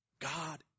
God